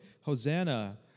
Hosanna